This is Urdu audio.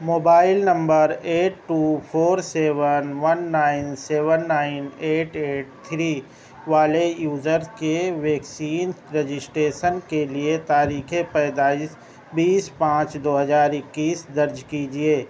mobile number eight two four seven one nine seven nine eight eight three والے یوزر کے ویکسین رجسٹریشن کے لیے تاریخ پیدائش بیس پانچ دو ہزار اکیس درج کیجیے